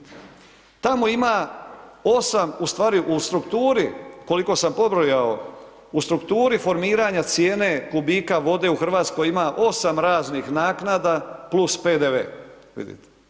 Tamo ima 8 u stvari u strukturi, koliko sam pobrojao, u strukturi formiranja cijene kubika vode u RH ima 8 raznih naknada + PDV, vidite.